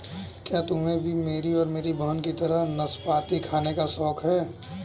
क्या तुम्हे भी मेरी और मेरी बहन की तरह नाशपाती खाने का शौक है?